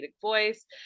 voice